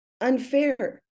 unfair